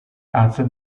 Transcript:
after